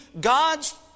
God's